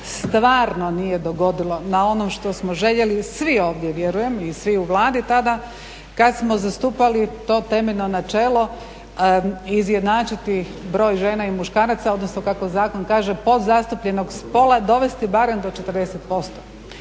stvarno nije dogodilo na onom što željeli svi ovdje vjerujem i svi u vladi tada, kad smo zastupali to temeljno načelo izjednačiti broj žena i muškaraca, odnosno kako zakon kaže podzastupljenog spola dovesti barem do 40%.